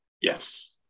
yes